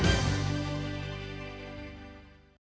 Дякую.